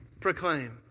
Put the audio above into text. proclaim